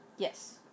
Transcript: Yes